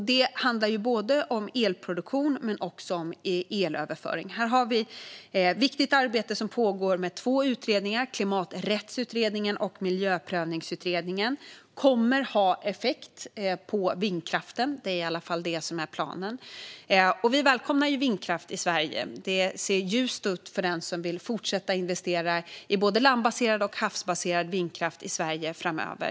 Det handlar om både elproduktion och elöverföring. Där pågår ett viktigt arbete med två utredningar, Klimaträttsutredningen och Miljöprövningsutredningen, som kommer att få effekt på vindkraften. Det är i alla fall planen. Vi välkomnar vindkraft i Sverige. Det ser ljust ut för den som vill fortsätta att investera i både landbaserad och havsbaserad vindkraft i Sverige framöver.